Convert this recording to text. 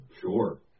Sure